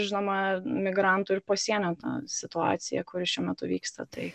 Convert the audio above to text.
žinoma migrantų ir pasienio ta situacija kuri šiuo metu vyksta tai